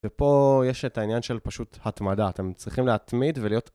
ופה יש את העניין של פשוט התמדה, אתם צריכים להתמיד ולהיות...